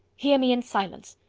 hear me in silence.